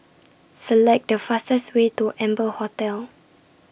Select The fastest Way to Amber Hotel